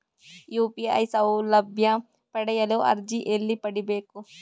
UPI ಸೌಲಭ್ಯ ಪಡೆಯಲು ಅರ್ಜಿ ಎಲ್ಲಿ ಪಡಿಬೇಕು?